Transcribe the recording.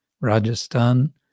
Rajasthan